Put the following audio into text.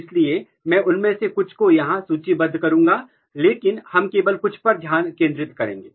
इसलिए मैं उनमें से कुछ को यहां सूचीबद्ध करूंगा लेकिन हम केवल कुछ पर ध्यान केंद्रित करेंगे